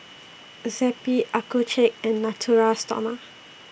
Zappy Accucheck and Natura Stoma